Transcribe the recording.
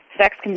sex